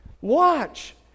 watch